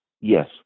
yes